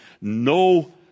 no